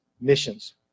Missions